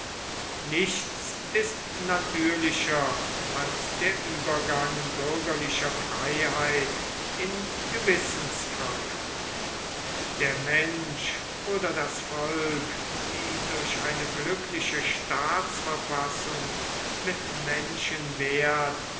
nichts ist natürlicher als der uebergang bürgerlicher freiheit in gewissensfreiheit der mensch oder das volk die durch eine glückliche staatsverfassung mit menschenwerth